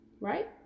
right